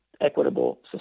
equitable